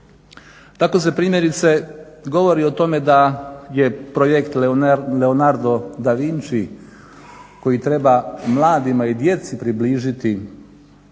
Tako se primjerice govori o tome da je projekt Leonardo da Vinci koji treba mladima i djeci približiti